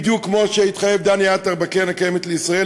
בדיוק כמו שהתחייב דני עטר בקרן קיימת לישראל,